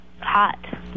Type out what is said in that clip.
Hot